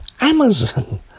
Amazon